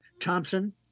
Thompson